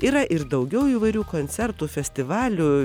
yra ir daugiau įvairių koncertų festivalių